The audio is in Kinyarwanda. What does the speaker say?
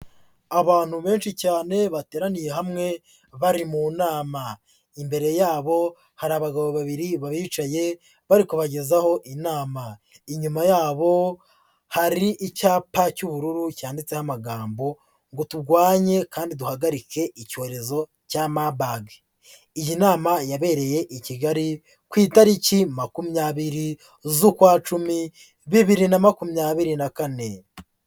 Abantu benshi cyane bateraniye hamwe bari mu nama. Imbere yabo hari abagabo babiri bari bicaye bari kubagezaho inama. Inyuma yabo hari icyapa cy'ubururu cyanditseho amagambo ngo: "Turwanye kandi duhagarike icyorezo cya Marburg." Iyi nama yabereye i Kigali ku itariki makumyabiri z'ukwa cumi, bibiri na makumyabiri na kane.